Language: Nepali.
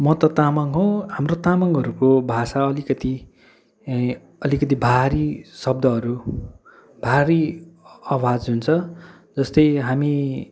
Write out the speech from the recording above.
म त तामाङ हो हाम्रो तामाङहरूको भाषा अलिकति अलिकति भारी शब्दहरू भारी आवाज हुन्छ जस्तै हामी